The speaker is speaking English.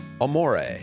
Amore